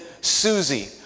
Susie